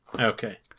Okay